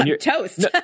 toast